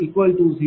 4859452 0